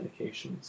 medications